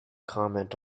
comment